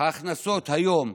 ההכנסות היום,